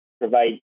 provide